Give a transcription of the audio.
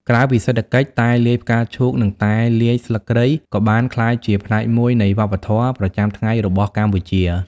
ក្រៅពីសេដ្ឋកិច្ច តែលាយផ្កាឈូកនិងតែលាយស្លឹកគ្រៃក៏បានក្លាយជាផ្នែកមួយនៃវប្បធម៌ប្រចាំថ្ងៃរបស់កម្ពុជា។